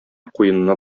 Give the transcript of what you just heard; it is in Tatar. куенына